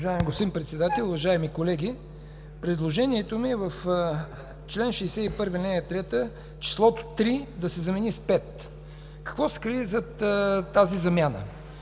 Уважаеми господин Председател, уважаеми колеги! Предложението ми е в чл. 61, ал. 3 числото „3” да се замени с „5”. Какво се крие зад тази замяна.